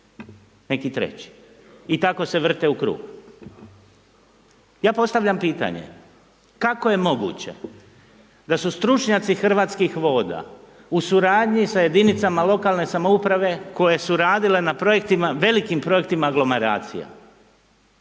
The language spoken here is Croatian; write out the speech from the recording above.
neki treći. I tako se vrte u krug. Ja postavljam pitanje. Kako je moguće da su stručnjaci Hrvatskih voda u suradnji s jedinicama lokalne samouprave koje su radile na projektima, velikim projektima aglomeracije